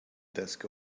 desk